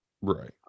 Right